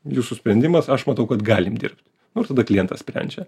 jūsų sprendimas aš matau kad galim dirbt nu ir tada klientas sprendžia